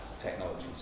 technologies